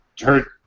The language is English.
hurt